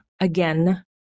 again